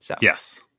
Yes